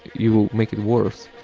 you will make it worse,